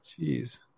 Jeez